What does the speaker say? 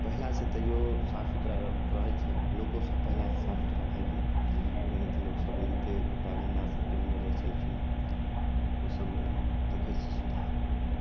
पहिले सऽ तैयो साफ सुथरा रहै छै लोको सब पहिले सऽ साफ सुथरा भेल हन पहिने तऽ लोकसब ओनाहिते कपड़ा गन्दा सब पिन्हने रहै छलखिन ओहि सबमे देखै छियै सुधार हम